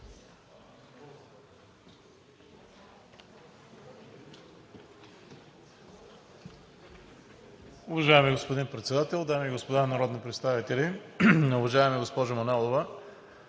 Уважаеми господин Председател, дами и господа народни представители! Уважаема госпожо Манолова,